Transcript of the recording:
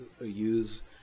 use